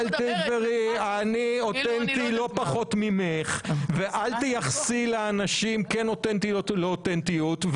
אני אוטנטי לא פחות ממך ואל תייחסי לאנשים כן אוטנטיות או לא אוטנטיות.